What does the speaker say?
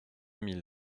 mille